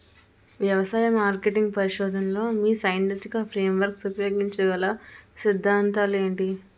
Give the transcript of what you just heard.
వ్యవసాయ మార్కెటింగ్ పరిశోధనలో మీ సైదాంతిక ఫ్రేమ్వర్క్ ఉపయోగించగల అ సిద్ధాంతాలు ఏంటి?